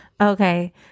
Okay